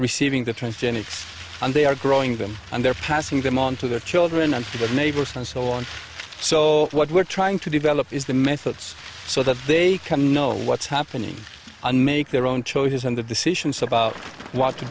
receiving the transgenic and they are growing them and they're passing them on to their children and to their neighbors and so on so what we're trying to develop is the methods so that they can know what's happening and make their own choices and the decisions about what to